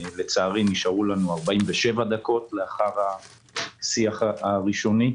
לצערי נשארו לנו 47 דקות לאחר השיח הראשוני.